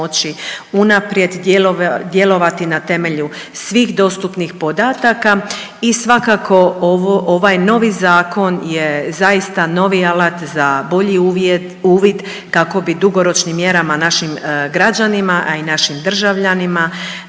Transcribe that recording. moći unaprijed djelovati na temelju svih dostupnih podataka i svakako ovo, ovaj novi zakon je zaista novi alat za bolji uvjet, uvid kako bi dugoročnim mjerama našim građanima, a i našim državljanima